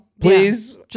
please